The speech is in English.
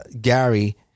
Gary